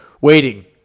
waiting